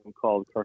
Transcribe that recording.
called